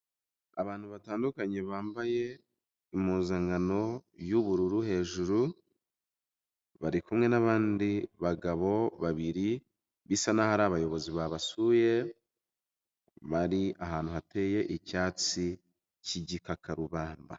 Abantu batandukanye bambaye impuzankano y'ubururu hejuru, bari kumwe n'abandi bagabo babiri bisa naho ari abayobozi babasuye, bari ahantu hateye icyatsi k'igikakarubanda.